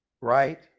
Right